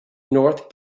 north